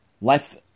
Life